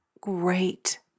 Great